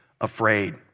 afraid